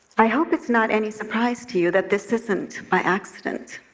i hope it's not any surprise to you that this isn't by accident.